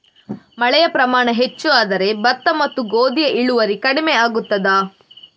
ಮಳೆಯ ಪ್ರಮಾಣ ಹೆಚ್ಚು ಆದರೆ ಭತ್ತ ಮತ್ತು ಗೋಧಿಯ ಇಳುವರಿ ಕಡಿಮೆ ಆಗುತ್ತದಾ?